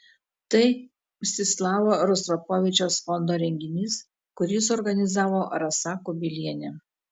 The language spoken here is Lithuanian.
tai mstislavo rostropovičiaus fondo renginys kurį suorganizavo rasa kubilienė